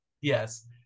Yes